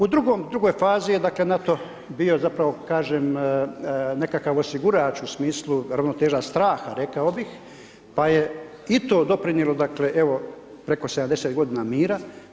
U drugoj fazi je dakle, NATO bio zapravo, kažem nekakav osigurač u smislu ravnoteža straha rekao bih, pa je i to doprinijelo dakle evo, preko 70 godina mira.